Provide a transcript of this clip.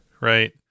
right